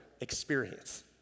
experience